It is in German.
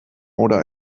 oder